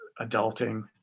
adulting